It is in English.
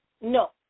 no